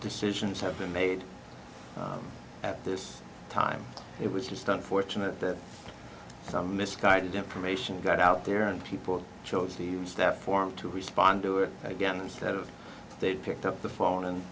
decisions have been made at this time it was just unfortunate that some misguided information got out there and people chose to use that form to respond to it again instead of they picked up the phone and